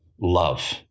Love